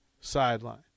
sideline